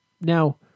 Now